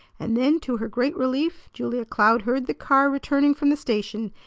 and then to her great relief julia cloud heard the car returning from the station,